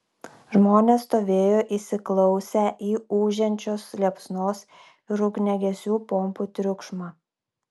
žmonės stovėjo įsiklausę į ūžiančios liepsnos ir ugniagesių pompų triukšmą